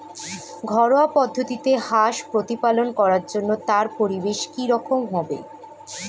ঘরোয়া পদ্ধতিতে হাঁস প্রতিপালন করার জন্য তার পরিবেশ কী রকম হবে?